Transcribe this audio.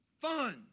Fun